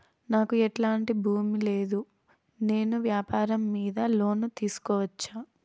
నాకు ఎట్లాంటి భూమి లేదు నేను వ్యాపారం మీద లోను తీసుకోవచ్చా?